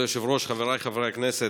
כבוד היושב-ראש, חבריי חברי הכנסת,